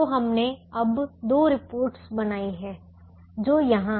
तो हमने अब दो रिपोर्ट बनाई हैं जो यहां हैं